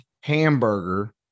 hamburger